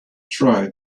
try